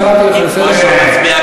פעמיים,